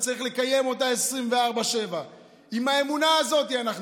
וצריך לקיים אותה 24/7. עם האמונה הזאת אנחנו הולכים.